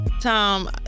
Tom